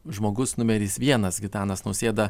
žmogus numeris vienas gitanas nausėda